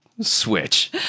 switch